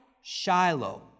Shiloh